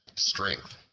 strength,